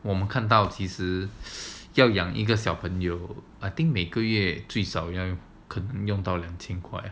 我们看到其实要养一个小朋友 I think 每个月最少可能用到两千块